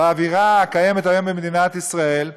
באווירה הקיימת היום במדינת ישראל,